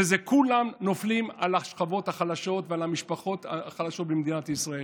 כולם נופלים על השכבות החלשות ועל המשפחות החלשות במדינת ישראל.